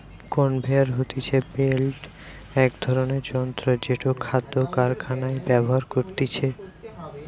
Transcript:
conveyor হতিছে belt এক ধরণের যন্ত্র জেটো খাদ্য কারখানায় ব্যবহার করতিছে